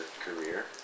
career